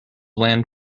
land